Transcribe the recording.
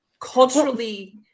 culturally